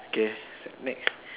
okay next